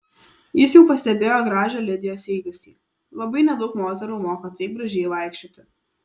jis jau pastebėjo gražią lidijos eigastį labai nedaug moterų moka taip gražiai vaikščioti